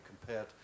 compared